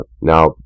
Now